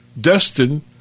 destined